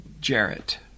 Jarrett